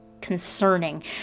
concerning